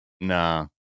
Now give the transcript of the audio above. Nah